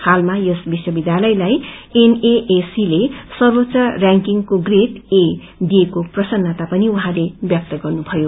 हालमा यस विश्वविद्यालयलाई एनएसी ले सर्वोच्च रयाकिंग प्रेड ए दिइएको प्रसन्रता पनि उहाँले व्यक्त गर्नुभयो